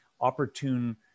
opportune